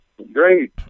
Great